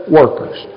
workers